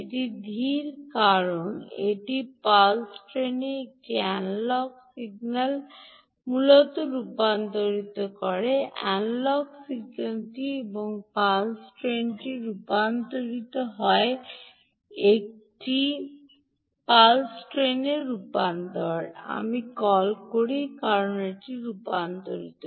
এটি ধীর কারণ কারণ একটি পালস ট্রেনে একটি এনালগ সিগন্যাল মূলত রূপান্তরিত হয় এনালগ সিগন্যালটি একটি পালস ট্রেনে রূপান্তরিত হয় একটি পালস ট্রেনে রূপান্তরিত হয় আমি কল করি এটি রূপান্তরিত